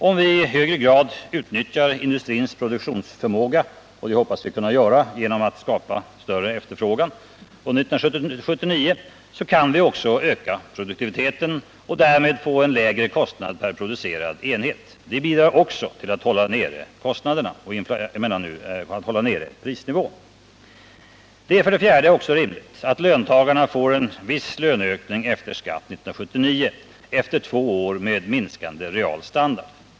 Om vi i hög grad utnyttjar industrins produktionsförmåga — och det hoppas vi kunna göra genom att skapa större efterfrågan 1979 — kan vi också öka produktiviteten och därmed få en lägre kostnad per producerad enhet. Också det bidrar till att hålla nere prisnivån. 4. Det är rimligt att löntagarna får en viss löneökning efter skatt 1979 efter två år med minskande realstandard.